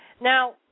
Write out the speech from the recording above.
Now